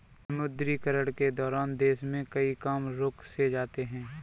विमुद्रीकरण के दौरान देश में कई काम रुक से जाते हैं